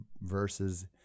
verses